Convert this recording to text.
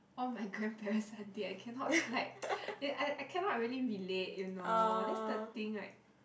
all my grandparents are dead I cannot like I I cannot really relate you know that's the thing right